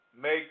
make